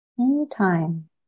anytime